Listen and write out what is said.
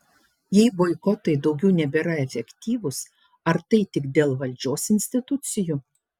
jei boikotai daugiau nebėra efektyvūs ar tai tik dėl valdžios institucijų